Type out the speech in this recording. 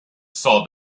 saw